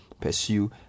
pursue